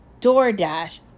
DoorDash